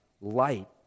light